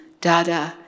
Dada